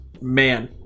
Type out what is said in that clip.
man